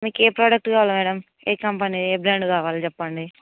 మీకు ఏ ప్రోడక్ట్ కావాలి మేడం ఏ కంపెనీ ఏ బ్రాండ్ కావాలి చెప్పండి